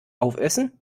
aufessen